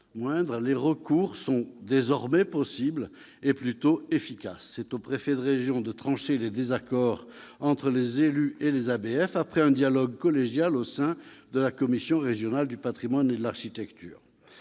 les recours sont désormais possibles et plutôt efficaces. C'est au préfet de région de trancher les désaccords entre les élus et les ABF, après un dialogue collégial au sein de la Commission régionale du patrimoine et de l'architecture.